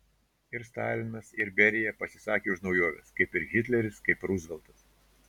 ir stalinas ir berija pasisakė už naujoves kaip ir hitleris kaip ruzveltas